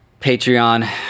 Patreon